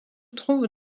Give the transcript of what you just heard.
trouve